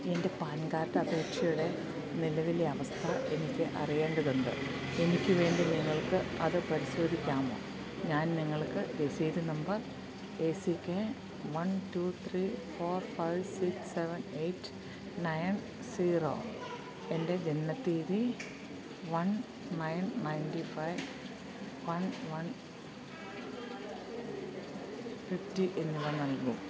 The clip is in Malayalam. എൻ്റെ പാൻ കാർഡ് അപേക്ഷയുടെ നിലവിലെ അവസ്ഥ എനിക്ക് അറിയേണ്ടതുണ്ട് എനിക്ക് വേണ്ടി നിങ്ങൾക്ക് അത് പരിശോധിക്കാമോ ഞാൻ നിങ്ങൾക്ക് രസീത് number A C K one two three four five six seven eight nine zero എൻ്റെ ജനന തീയതി one nine ninety five one one fifty എന്നിവ നൽകുന്നു